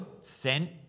sent